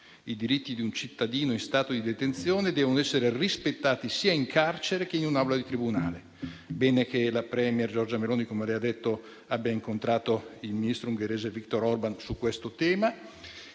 I diritti di un cittadino in stato di detenzione devono essere rispettati sia in carcere sia in un'aula di tribunale. Bene che la *premier* Giorgia Meloni, come lei ha detto, abbia incontrato il ministro ungherese Viktor Orban su questo tema.